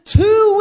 two